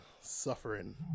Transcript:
suffering